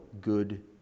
good